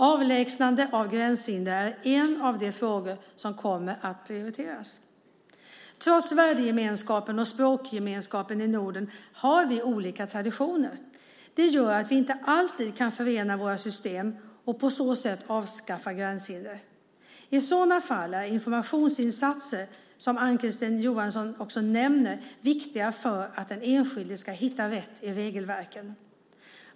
Avlägsnande av gränshinder är en av de frågor som kommer att prioriteras. Trots värdegemenskapen och språkgemenskapen i Norden har vi olika traditioner. Det gör att vi inte alltid kan förena våra system och på så sätt avskaffa gränshinder. I sådana fall är de informationsinsatser som Ann-Kristine Johansson nämner viktiga för att den enskilde ska hitta rätt i regelverken.